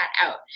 out